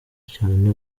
cyane